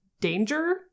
danger